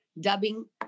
dubbing